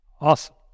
Awesome